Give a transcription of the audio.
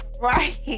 right